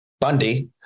Bundy